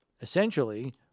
essentially